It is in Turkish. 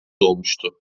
olmuştu